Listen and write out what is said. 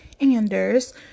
Anders